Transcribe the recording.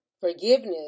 forgiveness